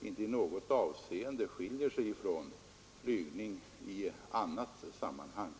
inte i något avseende skiljer sig från flygning med andra slag av bolag.